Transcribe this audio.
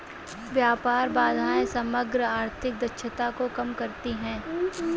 व्यापार बाधाएं समग्र आर्थिक दक्षता को कम करती हैं